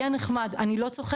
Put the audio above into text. יהיה נחמד, אני לא צוחקת.